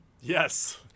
Yes